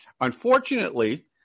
Unfortunately